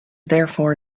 therefore